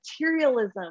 materialism